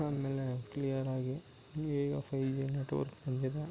ಆಮೇಲೆ ಕ್ಲಿಯರಾಗಿ ಈಗ ಫೈವ್ ಜಿ ನೆಟ್ವರ್ಕ್ ಬಂದಿದೆ